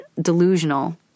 delusional